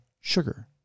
sugar